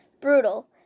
Brutal